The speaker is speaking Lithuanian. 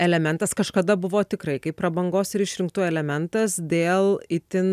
elementas kažkada buvo tikrai kaip prabangos ir išrinktųjų elementas dėl itin